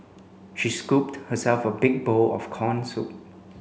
she scooped herself a big bowl of corn soup